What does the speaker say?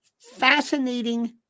fascinating